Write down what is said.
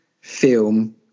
film